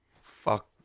fuck